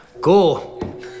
cool